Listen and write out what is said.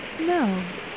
No